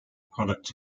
product